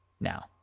Now